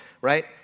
right